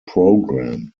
program